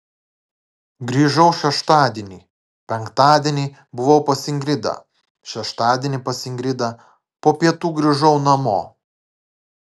grįžau šeštadienį penktadienį buvau pas ingridą šeštadienį pas ingridą po pietų grįžau namo